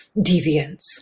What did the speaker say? deviance